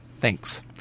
Thanks